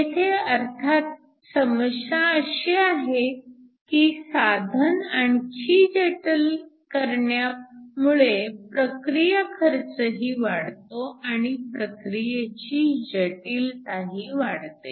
येथे अर्थात समस्या अशी आहे की साधन आणखी जटिल करण्यामुळे प्रक्रिया खर्चही वाढतो आणि प्रक्रियेची जटीलताही वाढते